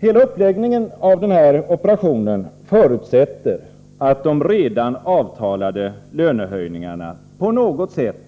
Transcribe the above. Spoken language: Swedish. Hela uppläggningen av den här operationen förutsätter att de redan avtalade lönehöjningarna på något sätt